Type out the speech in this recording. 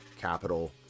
capital